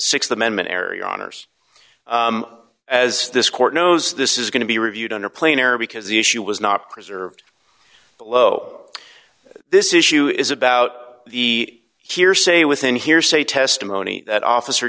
the th amendment area honors as this court knows this is going to be reviewed on a plane or because the issue was not preserved low this issue is about the hearsay within hearsay testimony that officer